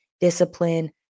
discipline